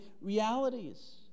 realities